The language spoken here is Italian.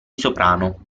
soprano